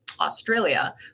australia